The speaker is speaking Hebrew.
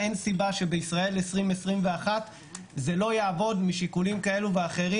אין סיבה שבישראל 2021 זה לא יעבוד משיקולים כאלה ואחרים.